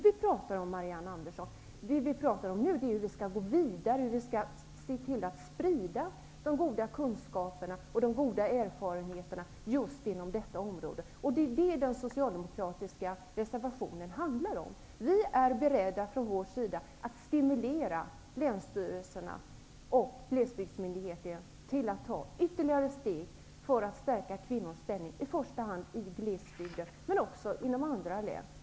Vi talar nu om hur man skall gå vidare och hur man skall se till att sprida de goda kunskaperna och erfarenheterna just inom detta område. Det är precis vad den socialdemokratiska reservationen handlar om. Vi socialdemokrater är beredda att stimulera länsstyrelserna och glesbygdsmyndigheten till att ta ytterligare steg för att stärka kvinnors ställning, i första hand i glesbygden men också i andra län.